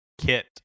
kit